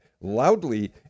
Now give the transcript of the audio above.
loudly